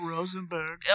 Rosenberg